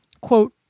Quote